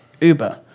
Uber